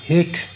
हेठि